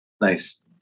Nice